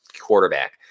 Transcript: quarterback